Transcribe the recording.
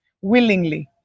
willingly